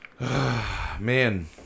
Man